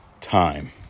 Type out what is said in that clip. time